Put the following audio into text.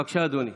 בבקשה, אדוני,